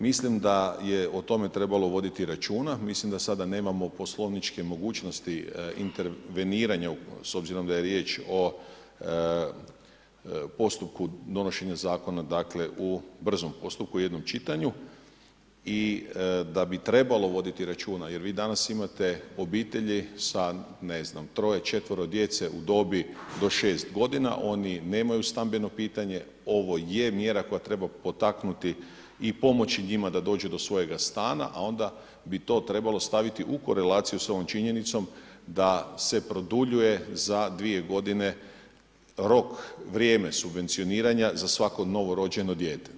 Mislim da je o tome trebalo voditi računa, mislim da sada nemamo poslovničke mogućnosti interveniranja, s obzirom da je riječ o postupku donošenja zakona u brzom postupku u jednom čitanju i da bi trebalo voditi računa, jer vi danas imate obitelji sa 3, 4 djece u dobi do 6 godina, oni nemaju stambeno pitanje, ovo je mjera koja treba potaknuti i pomoći njima da dođu do svojega stana, a onda bi to trebalo staviti u korelaciju sa ovom činjenicom da se produljuje za 2 godine rok, vrijeme subvencioniranja za svako novorođeno dijete.